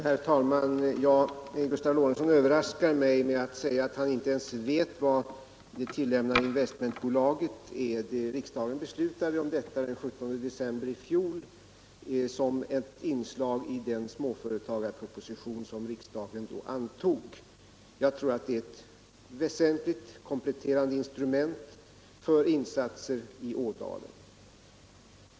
Herr talman! Gustav Lorentzon överraskar mig med att säga att han inte ens vet vad det tillämnade investmentbolaget är. Riksdagen beslöt ju om detta den 17 december i fjol såsom ett inslag i den småföretagarproposition som riksdagen då antog. Jag tror att investmentbolaget är ett väsentligt kompletterande instrument för insatser i Ådalen.